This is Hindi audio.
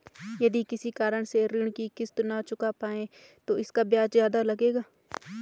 यदि किसी कारण से ऋण की किश्त न चुका पाये तो इसका ब्याज ज़्यादा लगेगा?